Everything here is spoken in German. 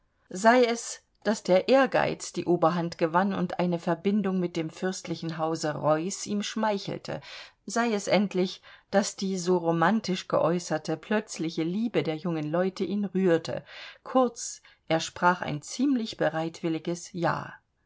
sei es daß der ehrgeiz die oberhand gewann und eine verbindung mit dem fürstlichen hause reuß ihm schmeichelte sei es endlich daß die so romantisch geäußerte plötzliche liebe der jungen leute ihn rührte kurz er sprach ein ziemlich bereitwilliges ja